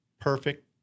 perfect